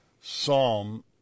psalm